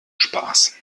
spaß